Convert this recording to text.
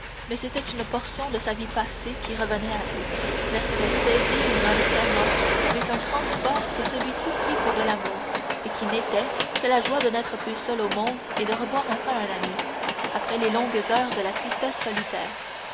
mais c'était une portion de sa vie passée qui revenait à elle mercédès saisit les mains de fernand avec un transport que celui-ci prit pour de l'amour et qui n'était que la joie de n'être plus seule au monde et de revoir enfin un ami après de longues heures de la tristesse solitaire